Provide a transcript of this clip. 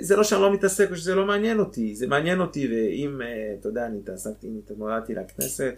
זה לא שאני לא מתעסק או שזה לא מעניין אותי, זה מעניין אותי... ואם אתה יודע אני התעסקתי, אני התמרדתי לכנסת